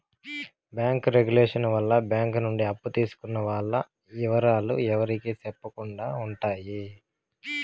bank regulation వల్ల bank నుండి అప్పు తీసుకున్న వాల్ల ఇవరాలు ఎవరికి సెప్పకుండా ఉంటాయి